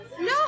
No